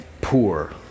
poor